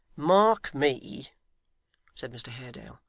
mark me said mr haredale,